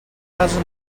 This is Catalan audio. casa